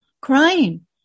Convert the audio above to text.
crying